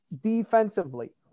defensively